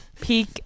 peak